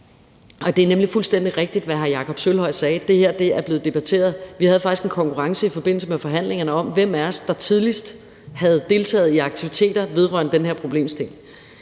det er fuldstændig rigtigt, hvad hr. Jakob Sølvhøj sagde, nemlig at det her er blevet debatteret. Vi havde faktisk en konkurrence i forbindelse med forhandlingerne om, hvem af os der tidligst havde deltaget i aktiviteter vedrørende den her problemstilling,